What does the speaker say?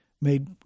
made